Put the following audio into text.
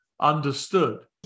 understood